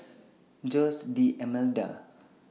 Jose D'almeida